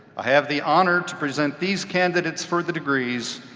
i have the honor to present these candidates for the degrees,